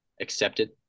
accepted